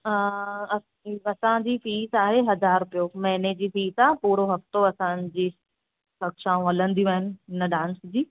हा अस असांजी फीस आहे हज़ार रूपियो महीने जी फीस आहे पूरो हफ़्तो असांजी कक्षाऊं हलंदियूं आहिनि हिन डांस जी